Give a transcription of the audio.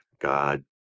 God